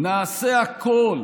נעשה הכול